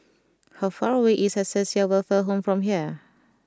how far away is Acacia Welfare Home from here